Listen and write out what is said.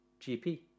GP